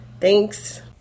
thanks